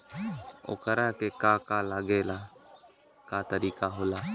ओकरा के का का लागे ला का तरीका होला?